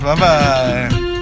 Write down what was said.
bye-bye